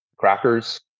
Crackers